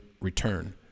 return